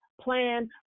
plan